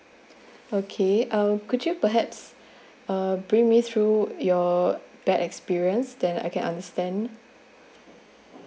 okay um could you perhaps uh bring me through your bad experience that I can understand